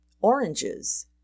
Oranges